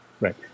Right